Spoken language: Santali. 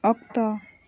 ᱚᱠᱛᱚ